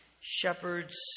shepherds